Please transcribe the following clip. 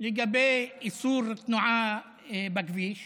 לגבי איסור תנועה בכביש